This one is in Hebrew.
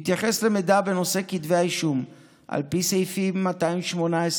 בהתייחס למידע בנושא כתבי האישום על פי סעיפים 218,